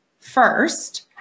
first